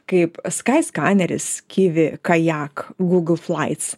kaip skai skaneris kivi kajak gugl flaits